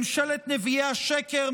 ממשלת נביאי השקר,